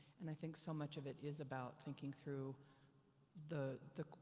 and i think so much of it is about thinking through the, the,